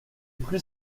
plus